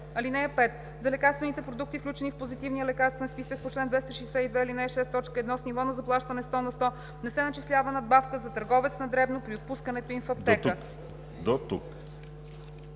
ал. 5. (5) За лекарствените продукти, включени в Позитивния лекарствен списък по чл. 262, ал. 6, т. 1 с ниво на заплащане 100 на сто, не се начислява надбавка за търговец на дребно при отпускането им в аптека.“